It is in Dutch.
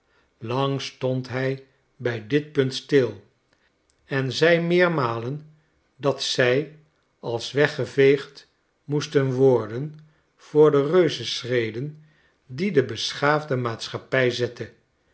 lang stond hij bij dit punt stil enzei meermalen dat zij als weggeveegd moesten worden voor de reuzenschreden die de beschaafde maatschappij zette